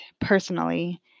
personally